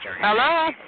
Hello